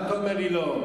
מה אתה אומר לי לא?